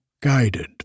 guided